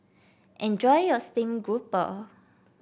enjoy your Steamed Grouper